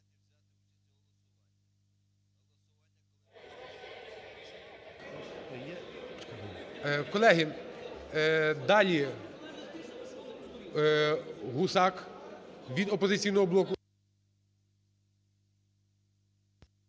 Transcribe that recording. Колеги, далі. Гусак від "Опозиційного блоку".